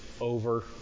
over